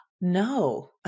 No